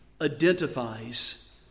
identifies